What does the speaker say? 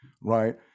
right